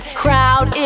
crowd